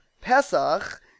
Pesach